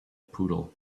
poodle